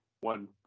one